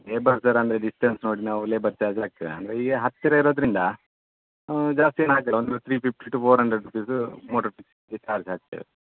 labour fare ಅಂದರೆ distance ನೋಡಿ ನಾವು ಲೇಬರ್ ಚಾರ್ಜ್ ಹಾಕ್ತೇವೆ ಹಂಗಾಗಿ ಈಗ ಹತ್ತಿರ ಇರೋದ್ರಿಂದ ಜಾಸ್ತಿ ಏನೂ ಹಾಕೋಲ್ಲ ಒಂದು three fifty to four hundred rupees motor ಫಿಕ್ಸ್ಗೆ ಚಾರ್ಜ್ ಹಾಕ್ತೇವೆ